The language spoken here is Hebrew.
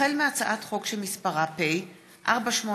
החל בהצעת חוק שמספרה פ/4829/20